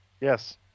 Yes